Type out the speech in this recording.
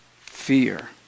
fear